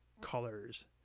colors